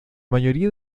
mayoría